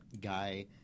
guy